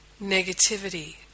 negativity